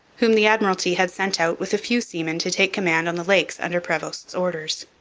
whom the admiralty had sent out with a few seamen to take command on the lakes under prevost's orders.